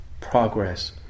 progress